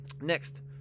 Next